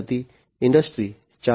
industry 4